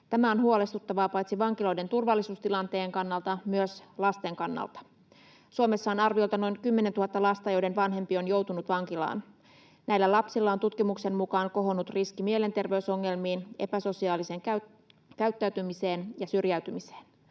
Tämä on huolestuttavaa paitsi vankiloiden turvallisuustilanteen kannalta myös lasten kannalta. Suomessa on arviolta noin kymmenentuhatta lasta, joiden vanhempi on joutunut vankilaan. Näillä lapsilla on tutkimuksen mukaan kohonnut riski mielenterveysongelmiin, epäsosiaaliseen käyttäytymiseen ja syrjäytymiseen.